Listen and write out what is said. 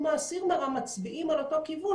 האסיר מראה מצביעים על אותו כיוון,